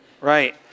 Right